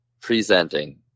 presenting